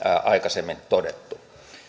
aikaisemmin todettu